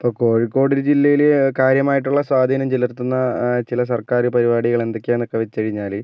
ഇപ്പം കോഴിക്കോട് ജില്ലയില് കാര്യമായിട്ടുള്ള സ്വാധീനം ചെലുത്തുന്ന ചില സർക്കാര് പരിപാടികള് എന്തൊക്കെയാ എന്നൊക്കെ വെച്ച് കഴിഞ്ഞാല്